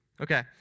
Okay